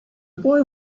boy